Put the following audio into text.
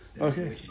Okay